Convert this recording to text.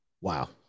Wow